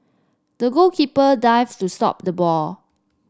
the goalkeeper dived to stop the ball